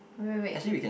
wait wait wait